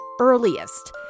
earliest